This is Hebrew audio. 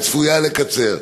וצפויה לקצר.